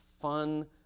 fun